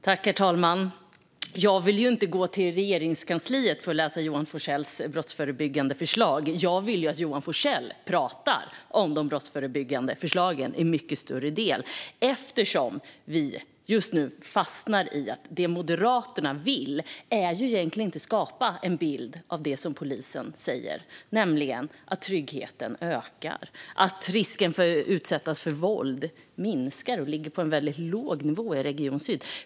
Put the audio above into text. Herr talman! Jag vill ju inte gå till Regeringskansliet för att läsa Johan Forssells brottsförebyggande förslag - jag vill att Johan Forssell talar om de brottsförebyggande förslagen i mycket större utsträckning. Vi fastnar just nu i att det Moderaterna vill egentligen inte är att skapa en bild av det som polisen säger, nämligen att tryggheten ökar samt att risken för att utsättas för våld minskar och ligger på en väldigt låg nivå i Region Syd.